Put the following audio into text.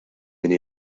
minn